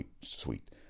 sweet